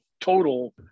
total